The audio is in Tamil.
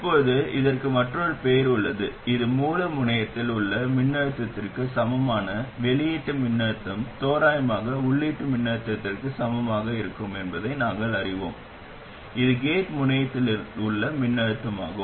இப்போது அதற்கு மற்றொரு பெயர் உள்ளது இது மூல முனையத்தில் உள்ள மின்னழுத்தத்திற்கு சமமான வெளியீட்டு மின்னழுத்தம் தோராயமாக உள்ளீட்டு மின்னழுத்தத்திற்கு சமமாக இருக்கும் என்பதை நாங்கள் அறிவோம் இது கேட் முனையத்தில் உள்ள மின்னழுத்தமாகும்